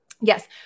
Yes